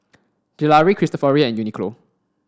Gelare Cristofori and Uniqlo